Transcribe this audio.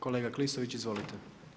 Kolega Klisović, izvolite.